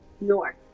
north